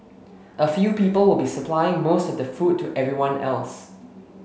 a few people will be supplying most of the food to everyone else